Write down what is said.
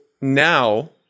now